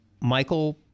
Michael